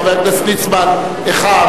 חבר הכנסת ליצמן איחר,